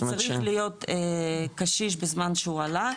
הוא צריך להיות קשיש בזמן שהוא עלה,